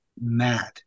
mad